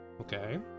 Okay